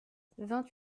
vingt